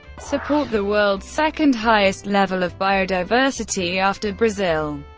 support the world's second highest level of biodiversity after brazil.